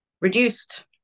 reduced